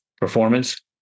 performance